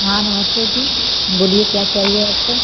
हाँ नमस्ते दी बोलिए क्या चाहिए आपको